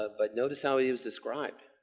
ah but notice how he was described.